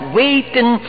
waiting